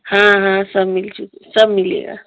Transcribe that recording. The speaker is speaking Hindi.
हाँ हाँ सब मिल चुका है सब मिलेगा